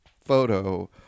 photo